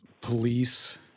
police